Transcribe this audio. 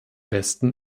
westen